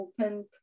opened